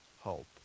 hope